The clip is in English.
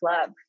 love